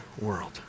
world